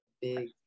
Big